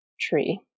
tree